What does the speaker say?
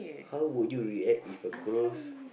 how would you react if a close